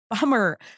bummer